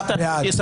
מי נמנע?